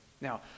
now